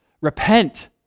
repent